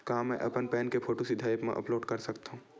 का मैं अपन पैन के फोटू सीधा ऐप मा अपलोड कर सकथव?